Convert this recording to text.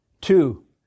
Two